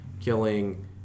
killing